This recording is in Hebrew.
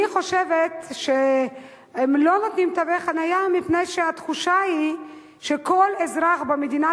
אני חושבת שהם לא נותנים תווי חנייה מפני שהתחושה היא שכל אזרח במדינת